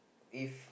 if